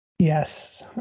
yes